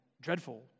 dreadful